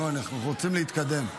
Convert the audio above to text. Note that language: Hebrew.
אנחנו רוצים להתקדם.